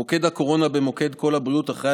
מוקד הקורונה במוקד קול הבריאות אחראי